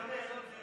הבא.